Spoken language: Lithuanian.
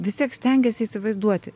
vis tiek stengiasi įsivaizduoti